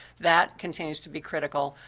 that continues to be critical.